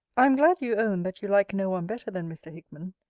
i am glad you own, that you like no one better than mr. hickman.